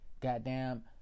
goddamn